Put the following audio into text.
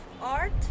art